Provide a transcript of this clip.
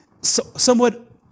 somewhat